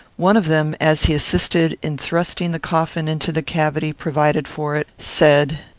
one of them, as he assisted in thrusting the coffin into the cavity provided for it, said,